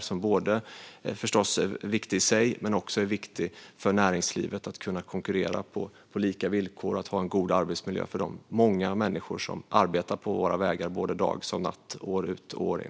Det är något som förstås är viktigt i sig, men det är också viktigt för näringslivet att kunna konkurrera på lika villkor och att ha en god arbetsmiljö för de många människor som arbetar på våra vägar dag som natt, år ut och år in.